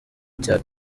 cya